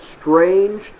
strange